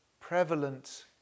prevalent